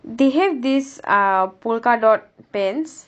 they have this uh polka dot pants